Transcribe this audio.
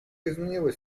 изменилась